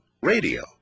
radio